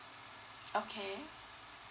okay